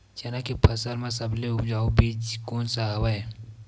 चना के फसल म सबले उपजाऊ बीज कोन स हवय?